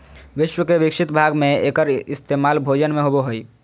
विश्व के विकसित भाग में एकर इस्तेमाल भोजन में होबो हइ